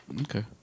Okay